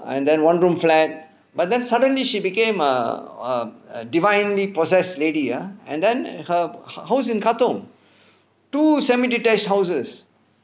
and then one room flat but then suddenly she became err err a divinely possess lady ah and then her house in katong two semi detached houses